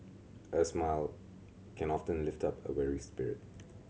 a smile can often lift up a weary spirit